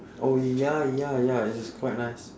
orh ya ya ya it is quite nice